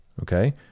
Okay